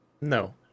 No